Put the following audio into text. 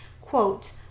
quote